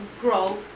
grow